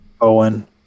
Owen